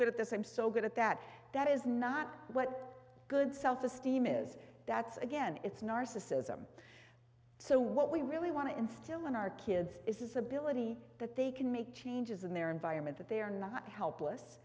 good at this i'm so good at that that is not what good self esteem is that's again it's narcissism so what we really want to instill in our kids is this ability that they can make changes in their environment that they are not helpless